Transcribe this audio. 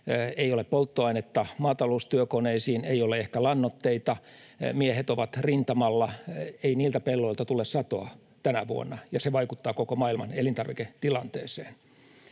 ei ole polttoainetta maataloustyökoneisiin, ei ole ehkä lannoitteita, miehet ovat rintamalla — ei niiltä pelloilta tule satoa tänä vuonna, ja se vaikuttaa koko maailman elintarviketilanteeseen.